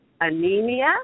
anemia